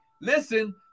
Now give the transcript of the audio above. listen